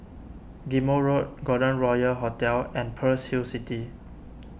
Ghim Moh Road Golden Royal Hotel and Pearl's Hill City